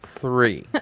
three